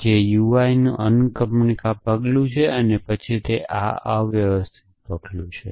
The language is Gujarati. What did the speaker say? તે યુઆઈનું અનુક્રમણિકા પગલું છે અને તે પછી આ અવ્યવસ્થિત પગલું છે